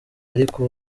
ariko